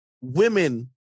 women